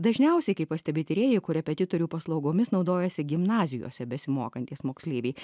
dažniausiai kaip pastebi tyrėjai korepetitorių paslaugomis naudojasi gimnazijose besimokantys moksleiviai